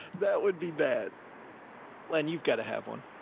that would be bad when you've got to have one. ah,